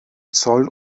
zoll